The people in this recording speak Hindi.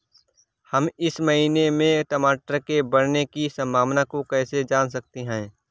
हम इस महीने में टमाटर के बढ़ने की संभावना को कैसे जान सकते हैं?